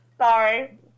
Sorry